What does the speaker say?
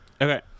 Okay